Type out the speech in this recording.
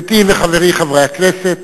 חברי הכנסת,